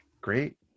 great